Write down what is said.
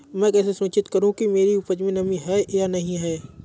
मैं कैसे सुनिश्चित करूँ कि मेरी उपज में नमी है या नहीं है?